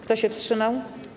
Kto się wstrzymał?